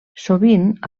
sovint